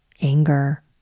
anger